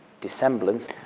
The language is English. dissemblance